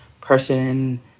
person